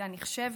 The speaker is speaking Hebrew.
יחידה נחשבת,